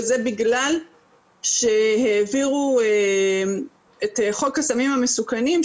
וזה בגלל שהעבירו את חוק הסמים המסוכנים,